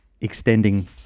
extending